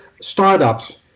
startups